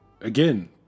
Again